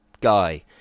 guy